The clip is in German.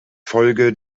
folge